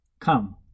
come